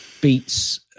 Beats